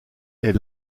est